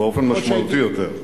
באופן משמעותי יותר.